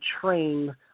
train